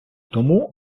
тому